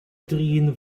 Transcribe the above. drin